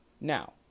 Now